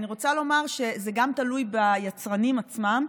אני רוצה לומר שזה גם תלוי ביצרנים עצמם.